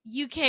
UK